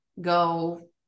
go